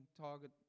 target